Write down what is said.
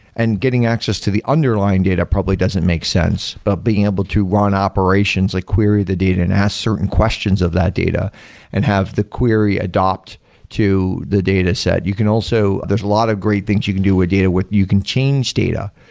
and getting access to the underlying data probably doesn't make sense, but being able to run operations, like query the data and ask certain questions of that data and have the query adopt to the dataset, you can also there's a lot of great things you can do with data. you can change data.